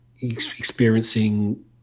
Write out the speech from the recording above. experiencing